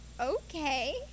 okay